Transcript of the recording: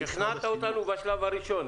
שכנעת אותנו בשלב הראשון.